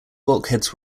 bulkheads